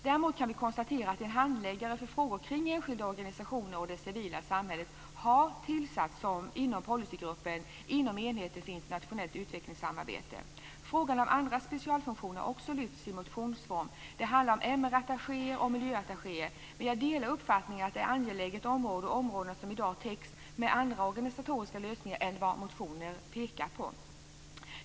Däremot kan vi konstatera att en handläggare för frågor kring enskilda organisationer och det civila samhället har tillsatts inom policygruppen inom enheten för internationellt utvecklingssamarbete. Frågan om andra specialfunktioner har också lyfts i motionsform. Det handlar om MR-attachéer och om miljöattachéer. Men jag delar uppfattningen att det är angelägna områden och områden som i dag täcks av andra organisatoriska lösningar än vad motionärerna pekar på.